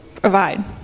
provide